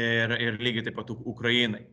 ir ir lygiai taip pat uk ukrainai